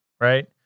right